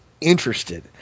interested